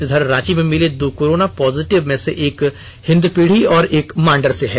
इधर रांची में मिले दो कोरोना पॉजिटिव में से एक हिंदपीढ़ी और एक मांडर से है